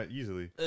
easily